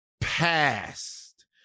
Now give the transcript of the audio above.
past